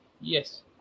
Yes